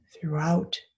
throughout